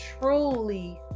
truly